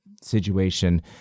situation